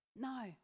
No